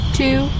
two